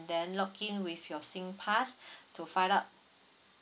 then login with your singpass to find out